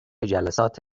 جلسات